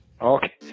Okay